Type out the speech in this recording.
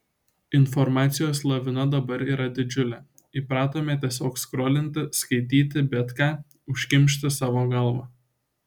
informacijos lavina dabar yra didžiulė įpratome tiesiog skrolinti skaityti bet ką užkimšti savo galvą